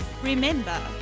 Remember